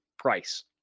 Price